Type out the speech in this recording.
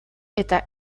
eta